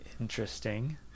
Interesting